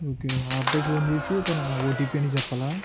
okay ఆ అబ్బాయి phone చేేసి ఇది నా ఓటీపీ అని చెప్పాలా